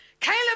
Caleb